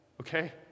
okay